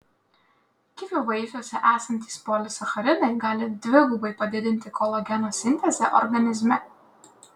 kivių vaisiuose esantys polisacharidai gali dvigubai padidinti kolageno sintezę organizme